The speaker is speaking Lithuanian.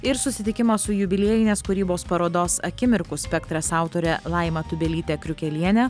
ir susitikimas su jubiliejinės kūrybos parodos akimirkų spektras autore laima tubelyte kriukeliene